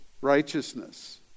righteousness